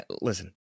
listen